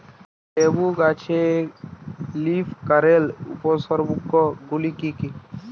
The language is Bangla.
লেবু গাছে লীফকার্লের উপসর্গ গুলি কি কী?